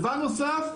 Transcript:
דבר נוסף,